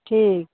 ठीक